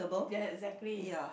ya exactly